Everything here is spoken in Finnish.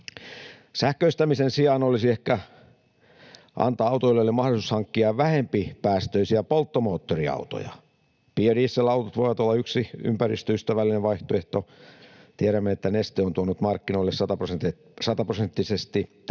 Sähköistämisen sijaan olisi ehkä parempi antaa autoilijoille mahdollisuus hankkia vähempipäästöisiä polttomoottoriautoja. Biodieselautot voivat olla yksi ympäristöystävällinen vaihtoehto. Tiedämme, että Neste on tuonut markkinoille sataprosenttisesti tähteistä